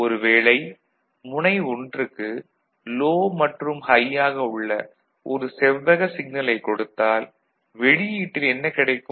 ஒரு வேளை முனை 1க்கு லோ மற்றும் ஹை ஆக உள்ள ஒரு செவ்வக சிக்னலை கொடுத்தால் வெளியீட்டில் என்ன கிடைக்கும்